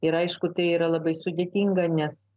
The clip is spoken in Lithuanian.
ir aišku tai yra labai sudėtinga nes